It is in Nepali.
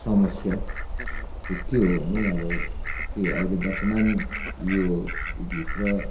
समस्या चाहिँ के हो भने अब त्यही हो अहिले वर्तमान योभित्र